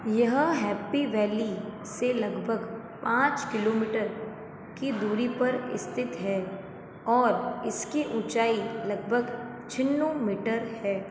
यह Happy Valley से लगभग पाँच किलोमीटर की दूरी पर स्थित है और इसकी ऊँचाई लगभग छिन्नू मिटर है